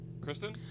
Kristen